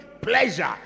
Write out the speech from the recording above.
pleasure